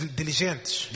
diligentes